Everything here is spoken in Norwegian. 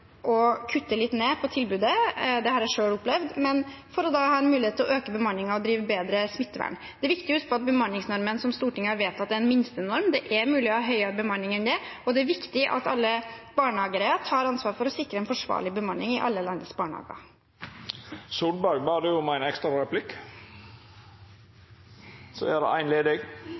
å kutte litt ned på tilbudet – det har jeg selv opplevd – for å ha en mulighet til å øke bemanningen og drive bedre smittevern. Det er viktig å huske på at bemanningsnormen som Stortinget har vedtatt, er en minstenorm. Det er mulig å ha høyere bemanning enn det, og det er viktig at alle barnehageeiere tar ansvar for å sikre en forsvarlig bemanning i alle landets